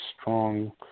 strong